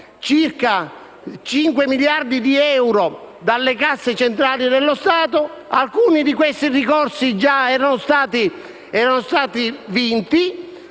circa 5 miliardi di euro dalle casse dello Stato centrale. Alcuni di questi ricorsi erano già stati vinti.